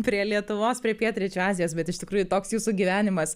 prie lietuvos prie pietryčių azijos bet iš tikrųjų toks jūsų gyvenimas